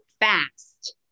fast